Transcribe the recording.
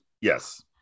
Yes